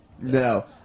No